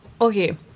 Okay